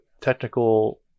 technical